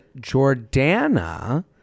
Jordana